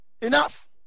enough